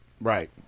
Right